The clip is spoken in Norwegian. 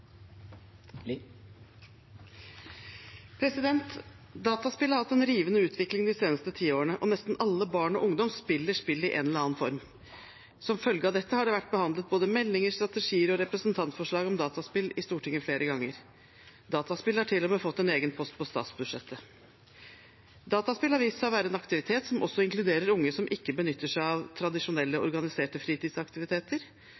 har hatt en rivende utvikling de seneste tiårene, og nesten alle barn og ungdom spiller spill i en eller annen form. Som følge av dette har det vært behandlet både meldinger, strategier og representantforslag om dataspill i Stortinget flere ganger. Dataspill har til og med fått en egen post på statsbudsjettet. Dataspill har vist seg å være en aktivitet som også inkluderer unge som ikke benytter seg av tradisjonelle